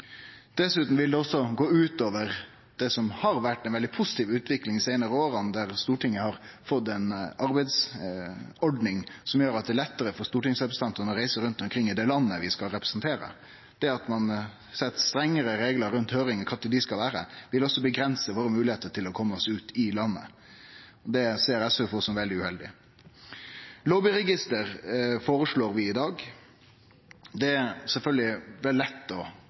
Dessutan vil det også gå ut over det som har vore ei veldig positiv utvikling dei seinare åra, nemleg at Stortinget har fått ei arbeidsordning som gjer at det er lettare for stortingsrepresentantane å reise rundt omkring i det landet vi skal representere. Det at ein set strengare reglar rundt høyringar, kva tid dei skal vere, vil også avgrense våre moglegheiter til å kome oss ut i landet. Det ser SV på som veldig uheldig. Lobbyregister føreslår vi i dag. Det er sjølvsagt lett